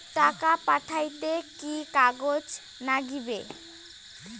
টাকা পাঠাইতে কি কাগজ নাগীবে?